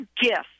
gift